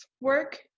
work